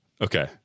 Okay